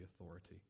authority